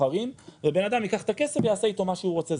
ערים ובן אדם ייקח את הכסף ויעשה איתו מה שהוא רוצה.